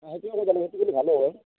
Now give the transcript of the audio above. অঁ সেইটোৱেই কৰিব লাগিব সেইটো কৰিলে ভালো হয়